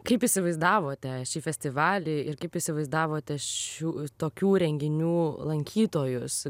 kaip įsivaizdavote šį festivalį ir kaip įsivaizdavote šių tokių renginių lankytojus